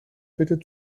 bitte